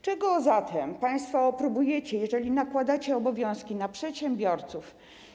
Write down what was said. Czego zatem państwo próbujecie, jeżeli nakładacie obowiązki na przedsiębiorców?